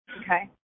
Okay